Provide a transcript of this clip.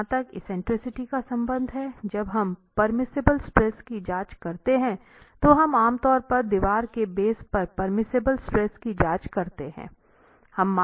और जहाँ तक एक्सेंट्रिसिटी का संबंध है जब हम परमिसिबल स्ट्रेस की जांच करते हैं तो हम आम तौर पर दीवार के बेस पर परमिसिबल स्ट्रेस की जांच करते हैं